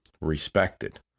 respected